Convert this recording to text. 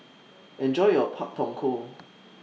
Enjoy your Pak Thong Ko